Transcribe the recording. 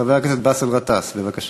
חבר הכנסת באסל גטאס, בבקשה.